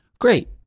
Great